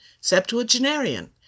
septuagenarian